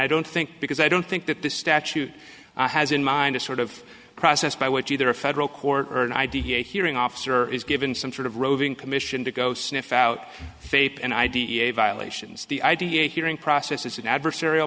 i don't think because i don't think that this statute has in mind a sort of process by which either a federal court or an id a hearing officer is given some sort of roving commission to go sniff out faith and id a violations the idea hearing process is an adversarial